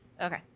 Okay